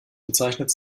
bezeichnet